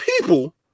people